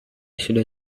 sudah